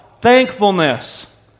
Thankfulness